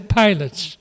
pilots